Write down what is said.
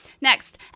next